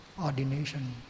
ordination